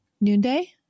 Noonday